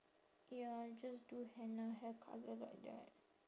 ya I just do henna hair colour like that